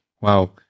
Wow